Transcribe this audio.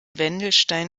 wendelstein